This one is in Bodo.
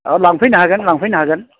औ लांफैनो हागोन लांफैनो हागोन